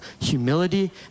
humility